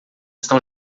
estão